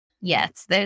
Yes